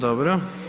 Dobro.